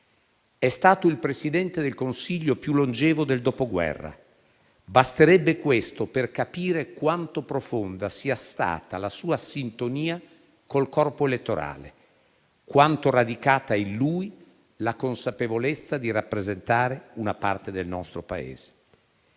È stato il Presidente del Consiglio più longevo del Dopoguerra: basterebbe questo per capire quanto profonda sia stata la sua sintonia col corpo elettorale, quanto radicata in lui la consapevolezza di rappresentare una parte del nostro Paese.